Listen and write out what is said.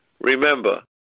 Remember